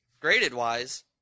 graded-wise